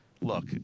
look